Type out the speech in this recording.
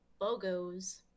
Bogos